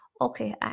Okay